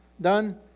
done